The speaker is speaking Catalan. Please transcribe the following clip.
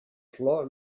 flor